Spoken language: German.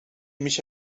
mich